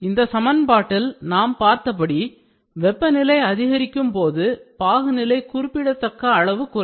இந்த சமன்பாட்டில் நாம் பார்த்தபடி வெப்பநிலை அதிகரிக்கும் போது பாகுநிலை குறிப்பிடத்தகுந்த அளவு குறையும்